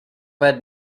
red